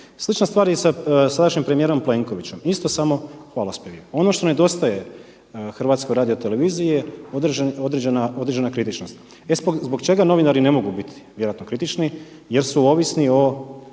Slična stvar je i sa sadašnjim premijerom Plenkovićem, isto samo hvalospjevi. Ono što nedostaje HRT-u je određena kritičnost. Zbog čega novinari ne mogu biti vjerojatno kritični jer su ovisni o